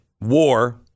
war